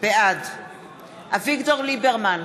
בעד אביגדור ליברמן,